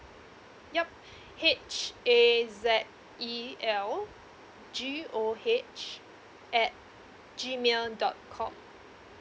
yup H A Z E L G O H at G mail dot com